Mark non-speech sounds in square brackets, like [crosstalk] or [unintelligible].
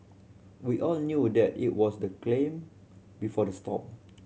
we all knew that it was the [unintelligible] before the storm